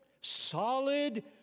solid